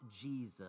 Jesus